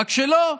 רק שלא.